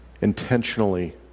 intentionally